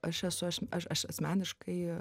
aš esu aš aš aš asmeniškai